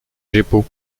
jeppo